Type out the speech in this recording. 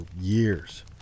years